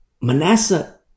Manasseh